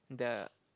the